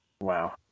Wow